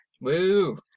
woo